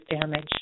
damage